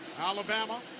Alabama